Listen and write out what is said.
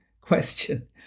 question